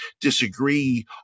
disagree